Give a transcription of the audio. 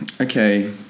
Okay